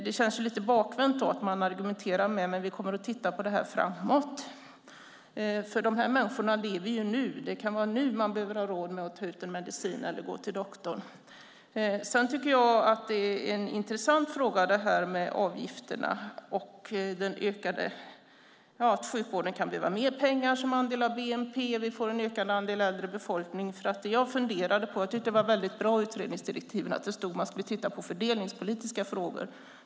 Det känns lite bakvänt att komma med argumentet: Vi kommer att titta på det här framöver. De här människorna lever ju nu. Det kan vara nu de behöver ha råd med en medicin eller att gå till doktorn. Sedan tycker jag att det är en intressant fråga om det här med avgifterna, att sjukvården kan behöva mer pengar som andel av bnp och att vi får en ökande andel äldre befolkning. Jag tyckte att det var väldigt bra att det i utredningsdirektiven stod att man skulle titta på fördelningspolitiska frågor.